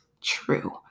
true